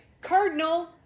Cardinal